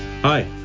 Hi